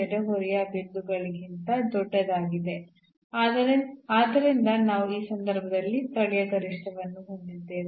ನೆರೆಹೊರೆಯಲ್ಲಿ ಕೂಡ ಆಗಿರಬಹುದು ಅಥವಾ ಋಣಾತ್ಮಕವಾಗಿರುತ್ತದೆ ನೀವು 0 ಗೆ ಸಮಾನವಾಗಿದೆ ಎಂಬುದಕ್ಕೆ ಎಷ್ಟೇ ಹತ್ತಿರ ಹೋದರೂ 0 ಗೆ ಸಮಾನವಾಗಿರುತ್ತದೆ ಮತ್ತು ಈ ಋಣಾತ್ಮಕವಾಗಿರುತ್ತದೆ